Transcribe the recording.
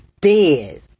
dead